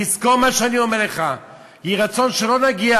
תזכור מה שאני אומר לך: יהי רצון שלא נגיע